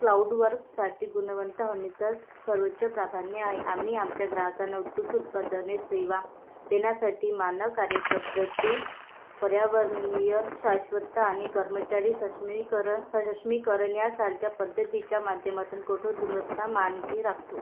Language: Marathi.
क्लाऊडवर्कसाठी गुणवंत हमीचा सर्वोच्च प्राधान्य आहे आम्ही आमच्या ग्राहकांना उत्कृष्ट उत्पादने सेवा देण्यासाठी मानक कार्यपद्धती पर्यावरणीय शाश्वतता आणि कर्मचारी सश्मीकरन सक्षमीकरण यासारख्या पद्धतीच्या माध्यमातून कठोर गुणवत्ता मानके राखतो